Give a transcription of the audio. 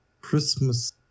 Christmas